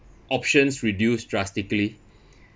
options reduce drastically